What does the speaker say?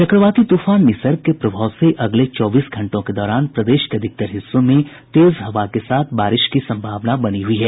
चक्रवाती तूफान निसर्ग के प्रभाव से अगले चौबीस घंटों के दौरान प्रदेश के अधिकतर हिस्सों में तेज हवा के साथ बारिश की संभावना बनी हुई है